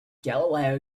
galileo